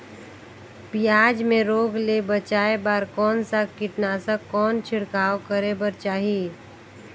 पियाज मे रोग ले बचाय बार कौन सा कीटनाशक कौन छिड़काव करे बर चाही?